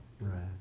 Right